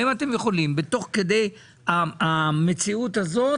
האם אתם יכולים תוך כדי המציאות הזאת,